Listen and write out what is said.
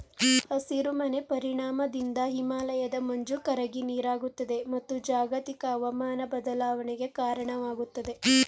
ಹಸಿರು ಮನೆ ಪರಿಣಾಮದಿಂದ ಹಿಮಾಲಯದ ಮಂಜು ಕರಗಿ ನೀರಾಗುತ್ತದೆ, ಮತ್ತು ಜಾಗತಿಕ ಅವಮಾನ ಬದಲಾವಣೆಗೆ ಕಾರಣವಾಗುತ್ತದೆ